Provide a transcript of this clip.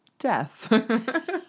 Death